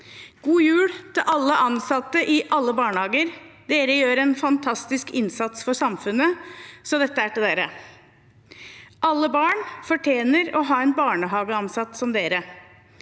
God jul til alle ansatte i alle barnehager. Dere gjør en fantastisk innsats for samfunnet, så dette er til dere – alle barn fortjener å ha en barnehageansatt som dere: